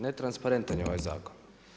Netransparentan je ovaj zakon.